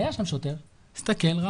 היה שם שוטר, הסתכל,